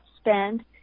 spend